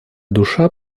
душа